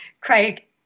Craig